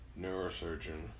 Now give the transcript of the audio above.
neurosurgeon